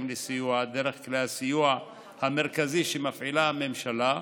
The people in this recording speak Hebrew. לסיוע דרך כלי הסיוע המרכזי שמפעילה הממשלה,